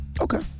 Okay